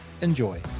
enjoy